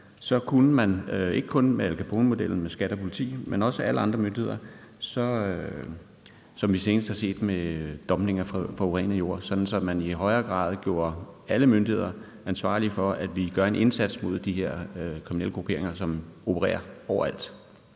– altså ikke kun Al Capone-modellen med skattemyndigheder og politi, men også alle andre myndigheder, som vi senest har set i forbindelse med dumpning af forurenet jord – kunne man i højere grad gøre alle myndigheder ansvarlige for at gøre en indsats mod de her kriminelle grupperinger, som opererer overalt.